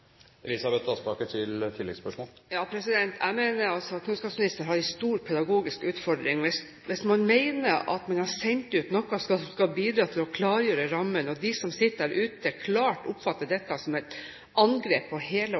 Jeg mener at kunnskapsministeren har en stor pedagogisk utfordring hvis man mener at man har sendt ut noe som skal bidra til å klargjøre rammene. De som sitter der ute, oppfatter klart dette som et angrep på hele